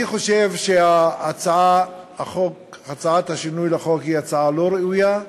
אני חושב שההצעה לשינוי החוק היא הצעה לא ראויה,